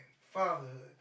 fatherhood